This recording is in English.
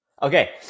Okay